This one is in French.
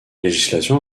législation